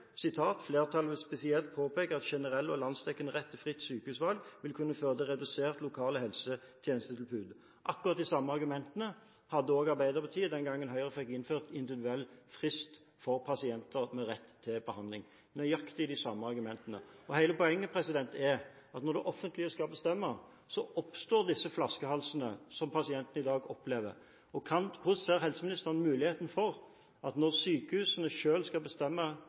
vil spesielt påpeke at en generell og landsdekkende rett til fritt valg av sykehus vil kunne føre til redusert lokalt helsetjenestetilbud». Akkurat de samme argumentene hadde også Arbeiderpartiet den gangen Høyre fikk innført individuell frist for pasienter med rett til behandling – nøyaktig de samme argumentene. Hele poenget er at når det offentlige skal bestemme, oppstår disse flaskehalsene som pasientene i dag opplever. Hvordan ser helseministeren muligheten for, når sykehusene selv skal bestemme